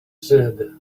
said